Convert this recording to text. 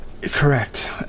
Correct